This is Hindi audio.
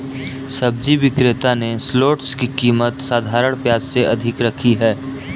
सब्जी विक्रेता ने शलोट्स की कीमत साधारण प्याज से अधिक रखी है